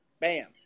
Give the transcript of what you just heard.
Bam